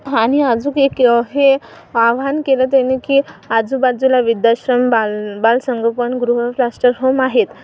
आणि अजूक एक हे आवाहन केलं त्यांनी की आजूबाजूला वृद्धाश्रम बाल बालसंगोपनगृह फास्टरहोम आहेत